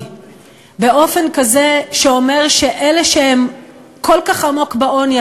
כזה שאומר שאלה שהם כל כך עמוק בעוני,